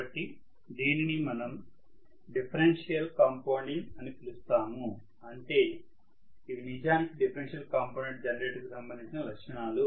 కాబట్టి దీనిని మనం డిఫరెన్షియల్ కాంపౌండింగ్అని పిలుస్తాము అంటే ఇవి నిజానికి డిఫరెన్షియల్ కాంపౌండెడ్ జనరేటర్ కి సంబంధించిన లక్షణాలు